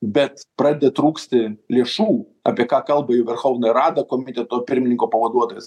bet pradeda trūksti lėšų apie ką kalbą jų verhovnaja rada komiteto pirmininko pavaduotojas